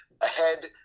ahead